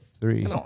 three